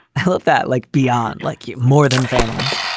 hope that like beyond like you more than families.